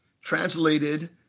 translated